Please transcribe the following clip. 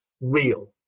real